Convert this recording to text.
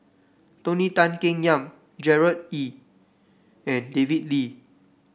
Tony Tan Keng Yam Gerard Ee and David Lee